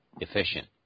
Efficient